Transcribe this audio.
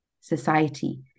society